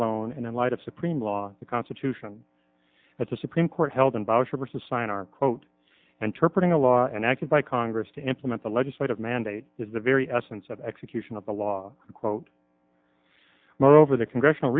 alone and in light of supreme law the constitution that the supreme court held in boucher to sign our quote and turpin a law enacted by congress to implement the legislative mandate is the very essence of execution of the law quote moreover the congressional